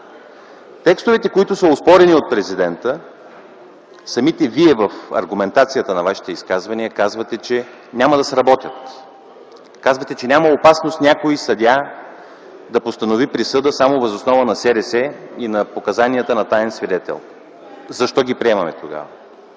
Текстовете, които са оспорени от президента самите вие в аргументацията на вашите изказвания казвате, че няма да сработят. Казвате, че няма опасност някой съдия да постанови присъда само въз основа на СРС и на показанията на таен свидетел. Защо ги приемаме тогава?